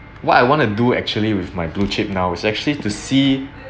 what I want to do actually with my blue chip now is actually to see